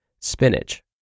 spinach